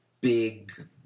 big